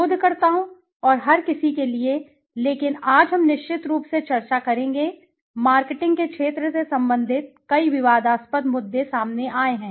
शोधकर्ताओं और हर किसी के लिए लेकिन आज हम निश्चित रूप से चर्चा करेंगे मार्केटिंग के क्षेत्र से संबंधित कई विवादास्पद मुद्दे सामने आए हैं